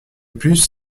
plus